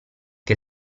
che